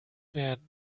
werden